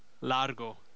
Largo